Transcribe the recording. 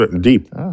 Deep